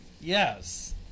Yes